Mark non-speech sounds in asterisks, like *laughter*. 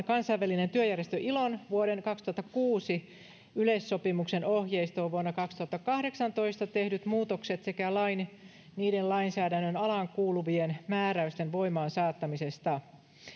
*unintelligible* kansainvälisen työjärjestön ilon vuoden kaksituhattakuusi yleissopimuksen ohjeistoon vuonna kaksituhattakahdeksantoista tehdyt muutokset sekä lain niiden lainsäädännön alaan kuuluvien määräysten voimaansaattamisesta